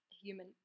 human